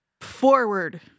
forward